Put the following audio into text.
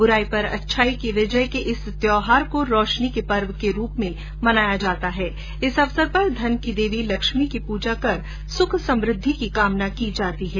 बुराई पर अच्छाई की विजय के इस त्योहार को रोशनी पर्व के रूप में मनाया जाता है इस अवसर पर धन की देवी लक्ष्मी की पूजा कर सुख समृद्धि की कामना की जाती है